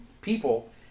people